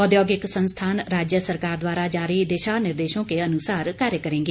औद्योगिक संस्थान राज्य सरकार द्वारा जारी दिशा निर्देशों के अनुसार कार्य करेंगे